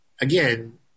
again